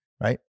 right